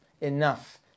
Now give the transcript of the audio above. enough